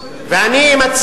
אני יכול לדבר.